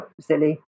silly